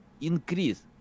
increase